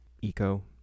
Eco